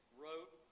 wrote